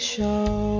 Show